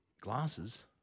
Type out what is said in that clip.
glasses